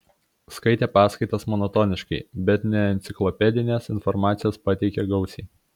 skaitė paskaitas monotoniškai bet neenciklopedinės informacijos pateikė gausiai